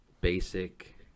basic